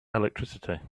electricity